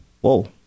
Whoa